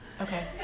Okay